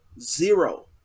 zero